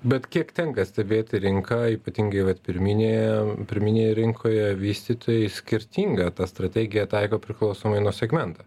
bet kiek tenka stebėti rinką ypatingai vat pirminėje pirminėje rinkoje vystytojai skirtingą tą strategiją taiko priklausomai nuo segmento